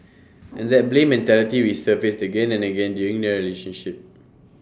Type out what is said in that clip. and that blame mentality resurfaced again and again during their relationship